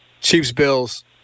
Chiefs-Bills